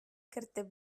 кертеп